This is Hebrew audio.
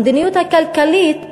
המדיניות הכלכלית